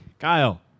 Kyle